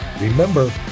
Remember